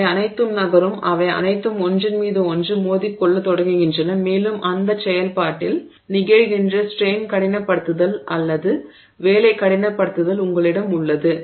அவை அனைத்தும் நகரும் அவை அனைத்தும் ஒன்றின் மீது ஒன்று மோதிக்கொள்ளத் தொடங்குகின்றன மேலும் அந்தச் செயல்பாட்டில் நிகழ்கிற ஸ்ட்ரெய்ன் கடினப்படுத்துதல் அல்லது வேலை கடினப்படுத்துதல் உங்களிடம் உள்ளது